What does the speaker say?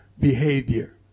behavior